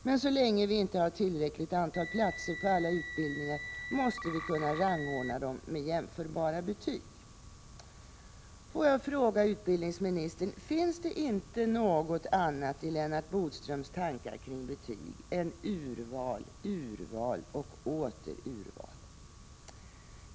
Men så länge vi inte har tillräckligt antal platser på alla utbildningar måste vi kunna rangordna dem med jämförbara betyg.” Får jag fråga utbildningsministern: Finns det inte något annat i Lennart Bodströms tankar kring betyg än urval, urval och åter urval?